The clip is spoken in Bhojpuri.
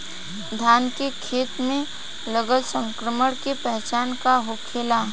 धान के खेत मे लगल संक्रमण के पहचान का होखेला?